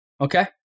okay